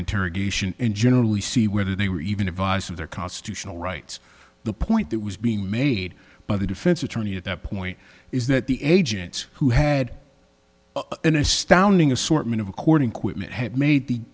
interrogation and generally see whether they were even advised of their constitutional rights the point that was being made by the defense attorney at that point is that the agents who had an astounding assortment of recording quitman have made the